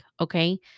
Okay